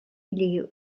ille